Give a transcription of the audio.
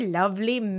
lovely